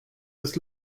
ist